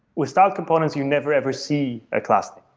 without components, you never ever see a class